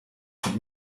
her